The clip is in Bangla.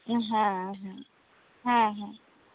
হ্যাঁ হ্যাঁ হ্যাঁ হ্যাঁ